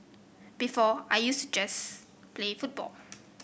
before I used to just play football